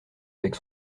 avec